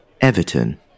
Everton